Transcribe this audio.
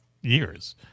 years